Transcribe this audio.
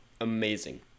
Amazing